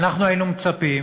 ואנחנו היינו מצפים